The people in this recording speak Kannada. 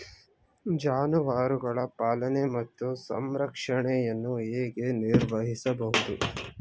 ಜಾನುವಾರುಗಳ ಪಾಲನೆ ಮತ್ತು ಸಂರಕ್ಷಣೆಯನ್ನು ಹೇಗೆ ನಿರ್ವಹಿಸಬಹುದು?